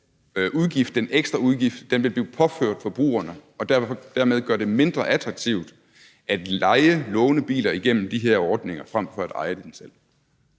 vil den ekstra udgift blive påført forbrugerne og dermed gøre det mindre attraktivt at leje lånebiler igennem de her ordninger frem for at eje dem selv.